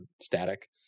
static